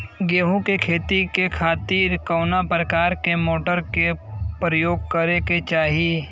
गेहूँ के खेती के खातिर कवना प्रकार के मोटर के प्रयोग करे के चाही?